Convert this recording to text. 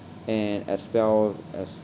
and as well as